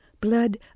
blood